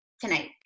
tonight